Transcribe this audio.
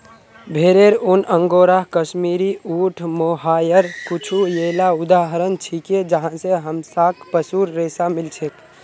भेरेर ऊन, अंगोरा, कश्मीरी, ऊँट, मोहायर कुछू येला उदाहरण छिके जहाँ स हमसाक पशुर रेशा मिल छेक